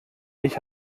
ich